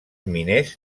miners